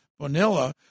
Vanilla